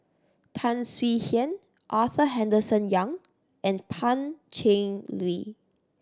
Tan Swie Hian Arthur Henderson Young and Pan Cheng Lui